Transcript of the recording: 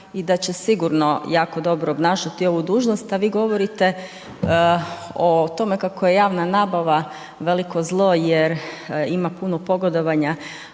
i da će sigurno jako dobro obnašati ovu dužnost, a vi govorite o tome kako je javna nabava veliko zlo jer ima puno pogodovanja.